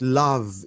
love